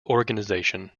organization